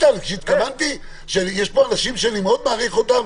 כשאמרתי שיש פה אנשים שאני מאוד מעריך אותם,